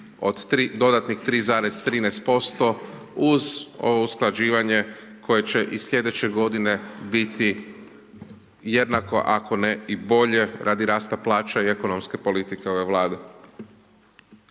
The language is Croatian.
od dodatnih 3,13% uz ovo usklađivanje koje će i sljedeće godine biti jednako, ako ne i bolje radi rasta plaća i ekonomske politike ove vlade.